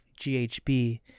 GHB